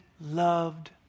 loved